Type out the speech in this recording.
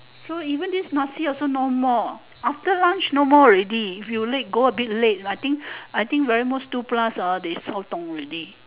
so even this nasi also no more after lunch no more already if you late go a bit late like I think I think very most two plus ah they all already